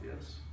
yes